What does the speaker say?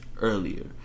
earlier